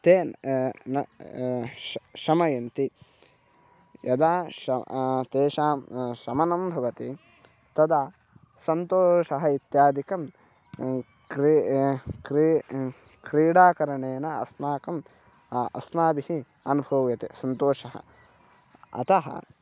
ते न श् शमयन्ति यदा श् तेषां शमनं भवति तदा सन्तोषः इत्यादिकं क्री क्री क्रीडाकरणेन अस्माकं अस्माभिः अनुभूयते सन्तोषः अतः